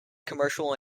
commercial